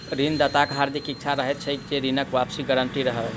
ऋण दाताक हार्दिक इच्छा रहैत छै जे ऋणक वापसीक गारंटी रहय